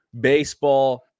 baseball